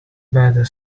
better